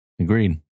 Agreed